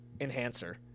enhancer